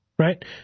Right